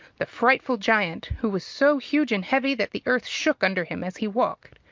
the frightful giant, who was so huge and heavy that the earth shook under him as he walked,